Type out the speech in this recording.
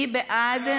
מי בעד?